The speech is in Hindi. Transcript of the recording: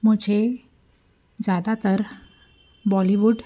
मुझे ज़्यादातर बॉलीवुड